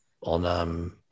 on